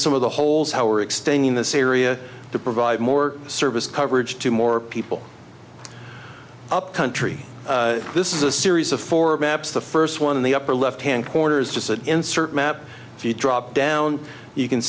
some of the holes how we're extending this area to provide more service coverage to more people upcountry this is a series of four maps the first one in the upper left hand corner is just an insert map if you drop down you can